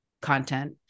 content